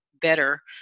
better